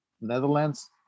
Netherlands